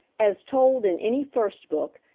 as told in any first book,